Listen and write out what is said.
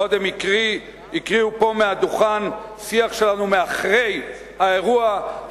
קודם הקריאו פה מהדוכן שיח שלנו אחרי האירוע,